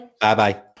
Bye-bye